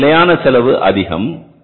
நமது நிலையான செலவு அதிகம்